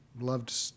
Loved